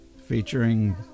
featuring